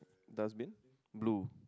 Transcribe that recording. dustbin blue